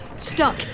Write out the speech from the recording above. stuck